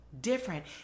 different